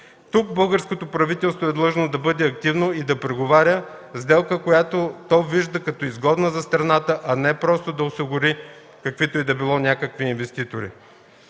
Тук българското правителство е длъжно да бъде активно и да преговаря за сделка, която то вижда като изгодна за страната, а не просто да осигури каквито и да било, някакви инвеститори.